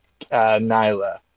Nyla